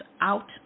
out